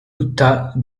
utah